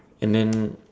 and then